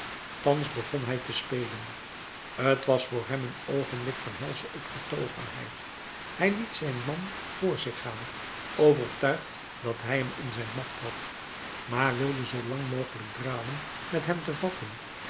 thans begon hij te spelen t was voor hem een oogenblik van helsche opgetogenheid hij liet zijn man voor zich gaan overtuigd dat hij hem in zijn macht had maar wilde zoo lang mogelijk dralen met hem te vatten